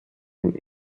den